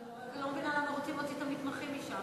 אני לא מבינה למה רוצים להוציא את המתמחים משם.